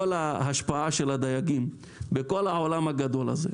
ההשפעה של הדייגים בכל העולם הגדול הזה.